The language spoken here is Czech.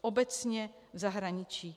Obecně v zahraničí.